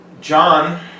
John